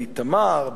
באיתמר,